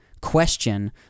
question